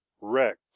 Wrecked